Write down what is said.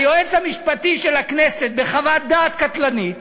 היועץ המשפטי של הכנסת, בחוות דעת קטלנית